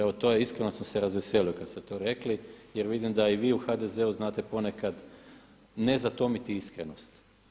Evo to je, iskreno sam se razveselio kad ste to rekli jer vidim da i vi u HDZ-u znate ponekad ne zatomiti iskrenost.